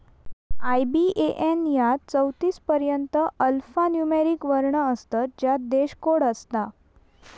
IBAN यात चौतीस पर्यंत अल्फान्यूमोरिक वर्ण असतत ज्यात देश कोड असता